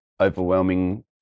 overwhelming